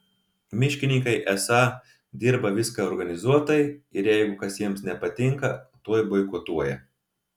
miškininkai esą dirba viską organizuotai ir jeigu kas jiems nepatinka tuoj boikotuoja